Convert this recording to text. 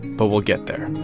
but we'll get there